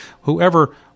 Whoever